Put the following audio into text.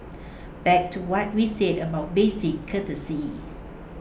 back to what we said about basic courtesy